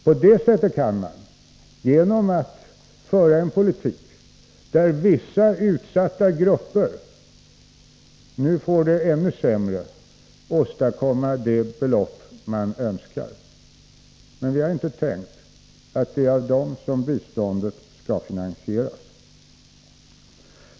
På det sättet kan man, genom att föra en politik där vissa utsatta grupper får det ännu sämre, åstadkomma det belopp man önskar, men vi har inte tänkt att det är av dem som biståndet skall finansieras.